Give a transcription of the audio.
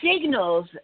signals